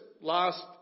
last